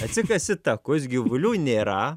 atsikasi takus gyvulių nėra